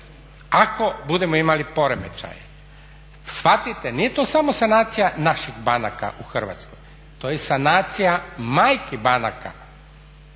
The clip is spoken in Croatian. ako budemo imali poremećaje. Shvatite, nije to samo sanacija naših banaka u Hrvatskoj, to je sanacija majki banaka